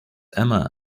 emma